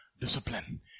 discipline